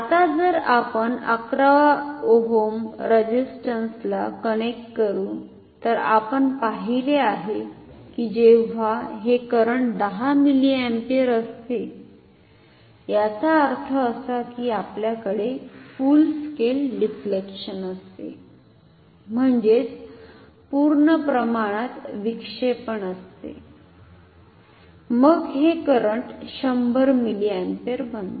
आता जर आपण 11 ओहम रेझिस्टन्सला कनेक्ट करू तर आपण पाहिले आहे कि जेव्हा हे करंट 10 मिलिअम्पियर असते याचा अर्थ असा की आपल्याकडे फुल स्केल डिफ्लेक्शन असते म्हणजेच पूर्ण प्रमाणात विक्षेपण असते मग हे करंट 100 मिलिअम्पियर बनते